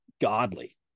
godly